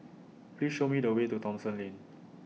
Please Show Me The Way to Thomson Lane